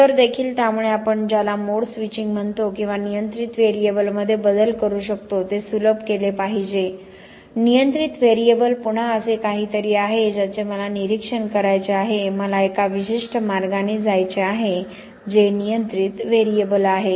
इतर देखील त्यामुळे आपण ज्याला मोड स्विचिंग म्हणतो किंवा नियंत्रित व्हेरिएबलमध्ये बदल करू शकतो ते सुलभ केले पाहिजे नियंत्रित व्हेरिएबल पुन्हा असे काहीतरी आहे ज्याचे मला निरीक्षण करायचे आहे मला एका विशिष्ट मार्गाने जायचे आहे जे नियंत्रित व्हेरिएबल आहे